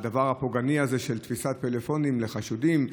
הדבר הפוגעני הזה של תפיסת פלאפונים לחשודים,